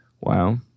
Wow